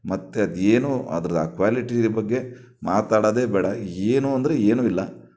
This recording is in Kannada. ಮತ್ತು ಅದು ಏನೂ ಅದ್ರ ಕ್ವಾಲಿಟಿ ಬಗ್ಗೆ ಮಾತಾಡೋದೇ ಬೇಡ ಏನೂ ಅಂದರೆ ಏನೂ ಇಲ್ಲ